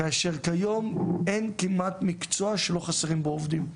כאשר כיום אין כמעט מקצוע שלא חסרים בו עובדים,